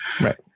Right